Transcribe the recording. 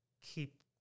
keep